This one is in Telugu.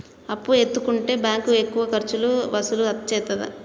అప్పు ఎత్తుకుంటే బ్యాంకు ఎక్కువ ఖర్చులు వసూలు చేత్తదా?